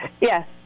Yes